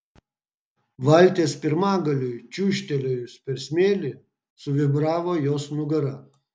valties pirmagaliui čiūžtelėjus per smėlį suvibravo jos nugara